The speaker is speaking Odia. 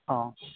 ହଁ